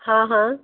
हाँ हाँ